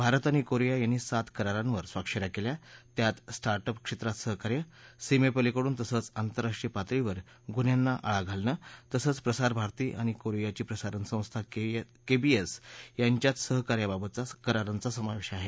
भारत आणि कोरिया यांनी सात करारांवर स्वाक्ष या केल्या त्यात स्टार्ट अप क्षेत्रात सहकार्य सीमेपलीकडून तसंच आंतरराष्ट्रीय पातळीवर गुन्ह्यांना आळा घालणं तसंच प्रसारभारती आणि कोरियाची प्रसारण संस्था केबीएस यांच्यातल्या सहकार्याबाबतचा करारांचा समावेश आहे